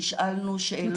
נשאלנו שאלות.